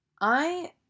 I-